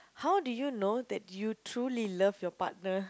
how do you know that you truly love your partner